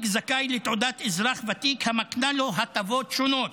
זכאי לתעודת אזרח ותיק המקנה לו הטבות שונות.